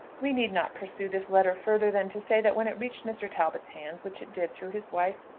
we need not pursue this letter further than to say that when it reached mr. talbot's hands, which it did through his wife,